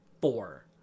four